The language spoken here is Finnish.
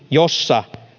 jossa